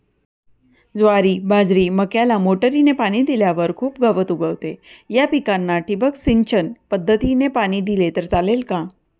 ज्वारी, बाजरी, मक्याला मोटरीने पाणी दिल्यावर खूप गवत उगवते, या पिकांना ठिबक सिंचन पद्धतीने पाणी दिले तर चालेल का?